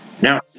Now